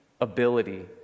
ability